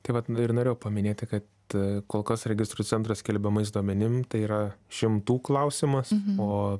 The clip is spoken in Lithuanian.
tai vat ir noriu paminėti kad a kol kas registrų centro skelbiamais duomenim tai yra šimtų klausimas o